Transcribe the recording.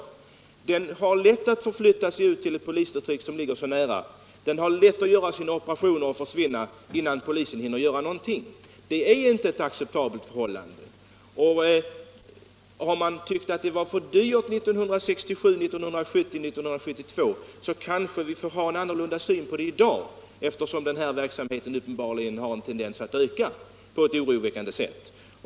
Denna brottslighet har lätt att förflytta sig ut till ett polisdistrikt som ligger så nära, att utföra sina operationer och försvinna innan polisen hinner göra någonting. Det är inte ett acceptabelt förhållande. Har man tyckt att det var för dyrt 1967, 1970 och 1972, så kan vi kanske ha en annan syn på det i dag, eftersom den här verksamheten uppenbarligen har tendens att öka på ett oroväckande sätt.